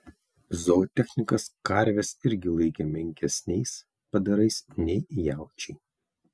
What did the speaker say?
zootechnikas karves irgi laikė menkesniais padarais nei jaučiai